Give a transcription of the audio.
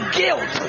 guilt